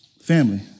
Family